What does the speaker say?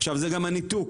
זה גם הניתוק